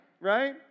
Right